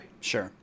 Sure